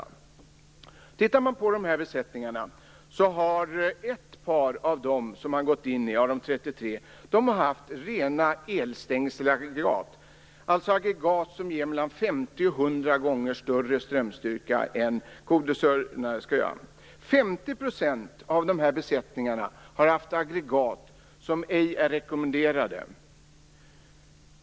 Om man tittar på dessa besättningar ser man att ett par av de 33 har haft rena elstängselaggregat, dvs. aggregat med mellan 50 och 100 gånger större strömstyrka än kodressörerna. 50 % av dessa besättningar har haft aggregat som ej är rekommenderade.